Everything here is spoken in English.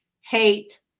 hate